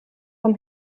vom